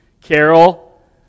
Carol